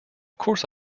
course